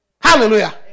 Hallelujah